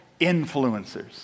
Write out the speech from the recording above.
influencers